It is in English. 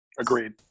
Agreed